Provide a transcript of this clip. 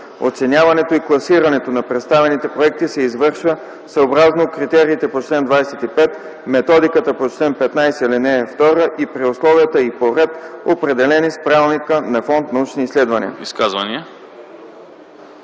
Оценяването и класирането на представените проекти се извършва съобразно критериите по чл. 25, методиката по чл. 15, ал. 2 и при условия и по ред, определени с Правилника на Фонд „Научни изследвания”.”